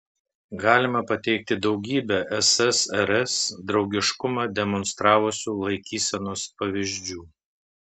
galima pateikti daugybę ssrs draugiškumą demonstravusių laikysenos pavyzdžių